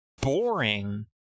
boring